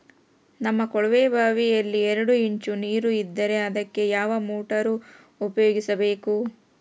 ನಮ್ಮ ಕೊಳವೆಬಾವಿಯಲ್ಲಿ ಎರಡು ಇಂಚು ನೇರು ಇದ್ದರೆ ಅದಕ್ಕೆ ಯಾವ ಮೋಟಾರ್ ಉಪಯೋಗಿಸಬೇಕು?